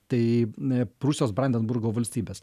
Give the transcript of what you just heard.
tai n prūsijos brandenburgo valstybės